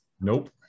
Nope